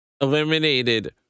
eliminated